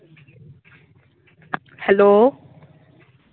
hello